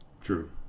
true